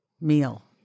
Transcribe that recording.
meal